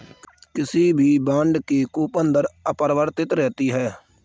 किसी भी बॉन्ड की कूपन दर अपरिवर्तित रहती है